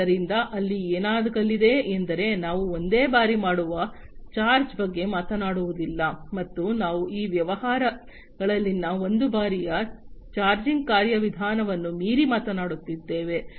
ಆದ್ದರಿಂದ ಅಲ್ಲಿ ಏನಾಗಲಿದೆ ಎಂದರೆ ನಾವು ಒಂದೇ ಬಾರಿ ಮಾಡುವ ಚಾರ್ಜ್ ಬಗ್ಗೆ ಮಾತನಾಡುವುದಿಲ್ಲ ಮತ್ತು ನಾವು ಈ ವ್ಯವಹಾರಗಳಲ್ಲಿನ ಒಂದು ಬಾರಿಯ ಚಾರ್ಜಿಂಗ್ ಕಾರ್ಯವಿಧಾನವನ್ನು ಮೀರಿ ಮಾತನಾಡುತ್ತಿದ್ದೇವೆ